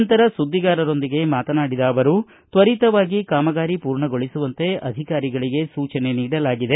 ನಂತರ ಸುದ್ದಿಗಾರರೊಂದಿಗೆ ಮಾತನಾಡಿದ ಅವರು ತ್ವರಿತವಾಗಿ ಕಾಮಗಾರಿ ಪೂರ್ಣಗೊಳಿಸುವಂತೆ ಅಧಿಕಾರಿಗಳಿಗೆ ಸೂಚನೆ ನೀಡಲಾಗಿದೆ